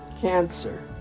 Cancer